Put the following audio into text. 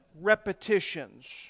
repetitions